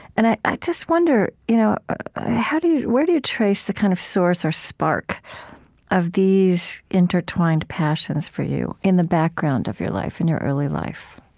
and i i just wonder, you know how do you where do you trace the kind of source or spark of these intertwined passions for you in the background of your life, in your early life?